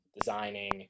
designing